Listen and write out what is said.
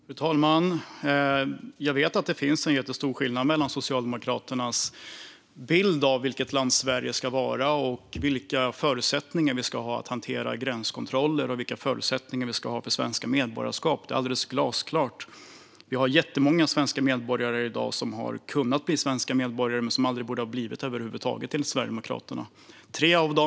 Fru talman! Jag vet att det finns en jättestor skillnad mellan Sverigedemokraternas och Socialdemokraternas bild av vilket land Sverige ska vara, vilka förutsättningar vi ska ha när det gäller att hantera gränskontroller och vad som ska gälla för svenska medborgarskap. Det är alldeles glasklart. Det finns i dag jättemånga svenska medborgare som aldrig borde ha blivit det, enligt Sverigedemokraternas sätt att se det.